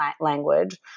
language